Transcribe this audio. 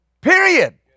Period